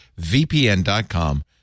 VPN.com